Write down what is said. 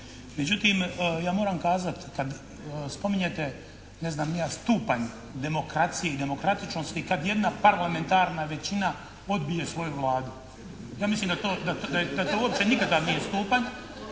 Međutim, ja moram kazati kad spominjete ne znam ni ja stupanj demokracije i demokratičnosti kad jedna parlamentarna većina odbije svoju Vladu. Ja mislim da to uopće nikada nije